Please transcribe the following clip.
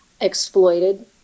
exploited